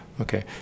Okay